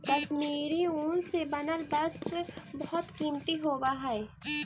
कश्मीरी ऊन से बनल वस्त्र बहुत कीमती होवऽ हइ